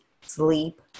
sleep